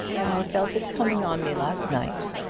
i felt it coming on me last night,